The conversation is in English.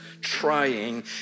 trying